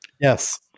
Yes